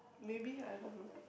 maybe I don't know